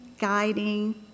guiding